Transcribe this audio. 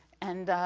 and,